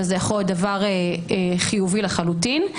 וזה יכול להיות דבר חיובי לחלוטין.